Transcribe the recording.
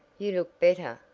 you look better,